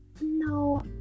no